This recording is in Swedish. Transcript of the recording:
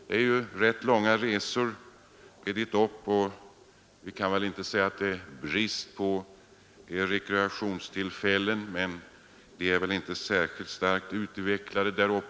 Det är ju rätt långa resor dit upp, och även om vi inte kan säga att det är brist på rekreationstillfällen där uppe så är de väl ändå inte särskilt starkt utvecklade ännu.